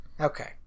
Okay